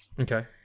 okay